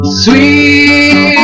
sweet